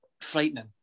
frightening